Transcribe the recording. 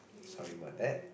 sorry about that